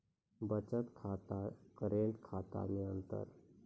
बचत खाता करेंट खाता मे अंतर?